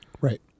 Right